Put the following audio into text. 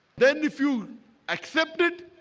then if you accept it.